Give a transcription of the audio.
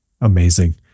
Amazing